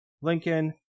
Lincoln